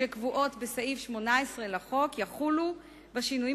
שקבועות בסעיף 18 לחוק יחולו בשינויים